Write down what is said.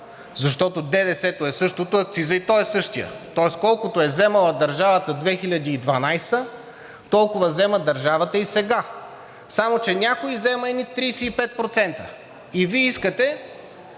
защото ДДС-то е същото, акцизът и той е същият. Тоест колкото е вземала държавата 2012 г., толкова взема държавата и сега. Само че някой взема едни 35% и Вие искате